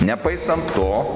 nepaisant to